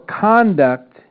conduct